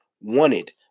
wanted